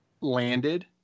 landed